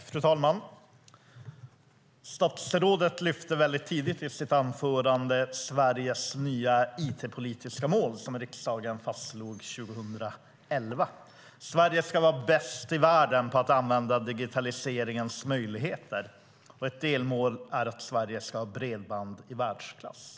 Fru talman! Statsrådet lyfte tidigt upp i sitt anförande Sveriges nya it-politiska mål, som riksdagen fastslog 2011: "Sverige ska vara bäst i världen på att använda digitaliseringens möjligheter. Ett delmål är att Sverige ska ha bredband i världsklass."